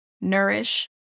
nourish